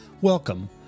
Welcome